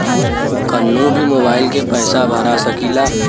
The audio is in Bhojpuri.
कन्हू भी मोबाइल के पैसा भरा सकीला?